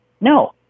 No